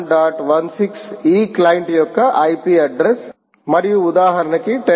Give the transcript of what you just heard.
16 ఈ క్లయింట్ యొక్క IP address మరియు ఉదాహరణకి 10